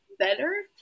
better